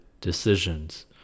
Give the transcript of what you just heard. decisions